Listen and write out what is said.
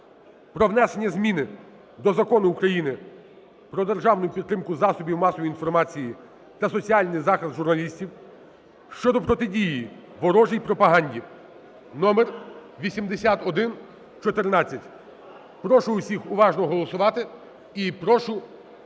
про внесення зміни до Закону України "Про державну підтримку засобів масової інформації та соціальний захист журналістів" (щодо протидії ворожій пропаганді) (№8114). Прошу всіх уважно голосувати і прошу підтримати.